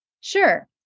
Sure